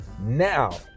Now